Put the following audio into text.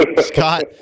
Scott